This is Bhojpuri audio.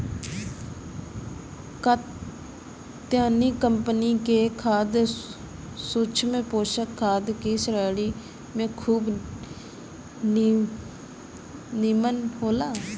कात्यायनी कंपनी के खाद सूक्ष्म पोषक खाद का श्रेणी में खूब निमन होला